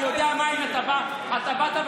אני יודע מאין אתה בא, אתה באת.